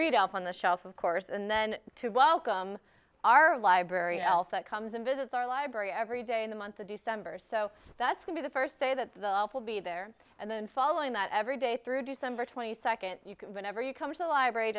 read out on the shelf of course and then to welcome our library else that comes and visits our library every day in the month of december so that's would be the first day that the elf will be there and then following that every day through december twenty second whenever you come to the library